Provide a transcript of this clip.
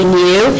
new